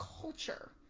culture